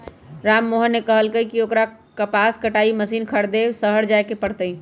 राममोहन ने कहल कई की ओकरा कपास कटाई मशीन खरीदे शहर जाय पड़ तय